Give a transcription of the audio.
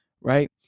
Right